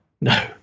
No